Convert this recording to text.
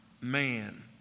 man